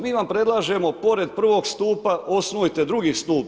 Mi vam predlažemo pored prvog stupa, osnujte drugi stup.